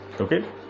okay